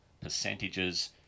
percentages